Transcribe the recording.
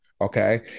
Okay